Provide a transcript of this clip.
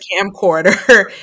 camcorder